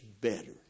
better